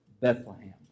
Bethlehem